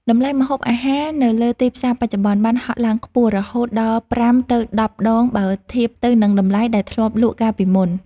តម្លៃម្ហូបអាហារនៅលើទីផ្សារបច្ចុប្បន្នបានហក់ឡើងខ្ពស់រហូតដល់ប្រាំទៅដប់ដងបើធៀបទៅនឹងតម្លៃដែលធ្លាប់លក់កាលពីមុន។